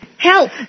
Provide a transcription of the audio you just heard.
Help